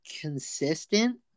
consistent